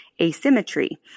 asymmetry